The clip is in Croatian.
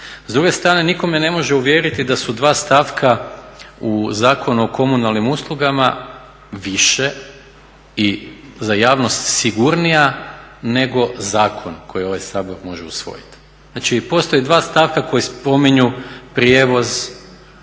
S druge strane, nitko me ne može uvjeriti da su dva stavka u Zakonu o komunalnim uslugama više i za javnost sigurnija, nego zakon koji ovaj Sabor može usvojiti. Znači, postoje dva stavka koji spominju prijevoz